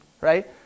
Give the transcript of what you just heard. right